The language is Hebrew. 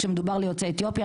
כשמדובר על יוצאי אתיופיה.